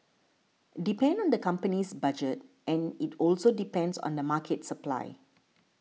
depend on the company's budget and it also depends on the market supply